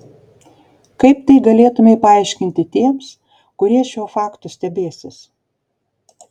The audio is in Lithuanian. kaip tai galėtumei paaiškinti tiems kurie šiuo faktu stebėsis